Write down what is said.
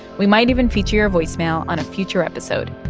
we might even feature your voicemail on a future episode.